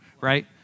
right